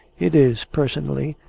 it is, personally,